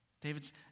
David's